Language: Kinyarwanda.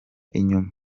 inyuma